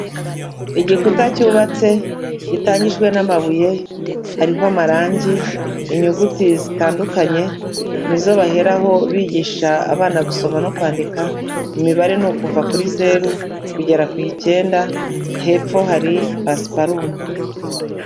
Igikuta cyubatse gitangijwe n'amabuye hariho amarangi inyuguti zitandukanye nizo baheraho bigisha abana gusoma no kwandika imibare ni ukuva kuri zeru kugera ku icyenda hepfo hari pasiparumu.